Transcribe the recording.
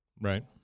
Right